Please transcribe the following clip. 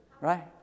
Right